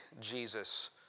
Jesus